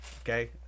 okay